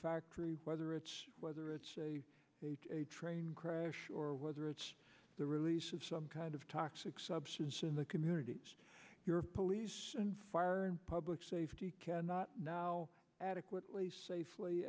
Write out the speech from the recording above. factory whether it's whether it's a train crash or whether it's the release of some kind of toxic substance in the community your police and fire and public safety cannot now adequately safely